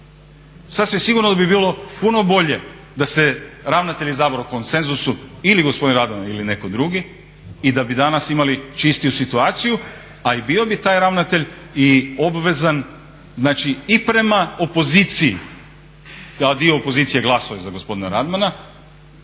Sasvim sigurno da bi bilo puno bolje da se ravnatelj izabrao u konsenzusu ili gospodin Radman ili netko drugi i da bi danas imali čistiju situaciju, a i bio bi taj ravnatelj i obvezan, znači i prema opoziciji, da dio opozicije glasuje za gospodina Radmana